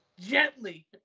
gently